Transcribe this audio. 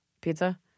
pizza